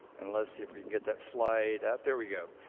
unless if we get that slide there we go.